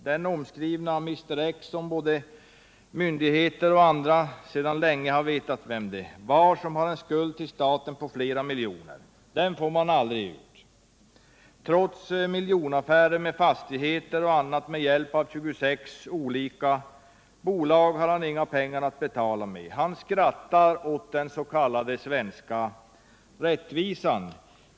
Den omskrivna Mr X, som både myndigheter och andra sedan länge vet vem han är och som har en skuld till staten på flera miljoner, får man aldrig ut någonting av. Trots miljonaffärer med fastigheter och annat inom 26 olika bolag har han ingenting att betala med. Han skrattar åt den s.k. svenska rättvisan.